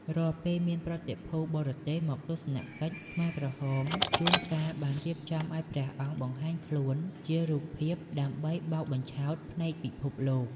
រាល់ពេលមានប្រតិភូបរទេសមកទស្សនកិច្ច ខ្មែរក្រហមជួនកាលបានរៀបចំឱ្យព្រះអង្គបង្ហាញខ្លួនជារូបភាពដើម្បីបោកបញ្ឆោតភ្នែកពិភពលោក។